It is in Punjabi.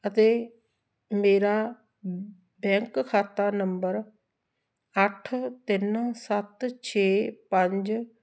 ਅਤੇ ਮੇਰਾ ਬੈਂਕ ਖਾਤਾ ਨੰਬਰ ਅੱਠ ਤਿੰਨ ਸੱਤ ਛੇ ਪੰਜ